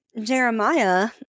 Jeremiah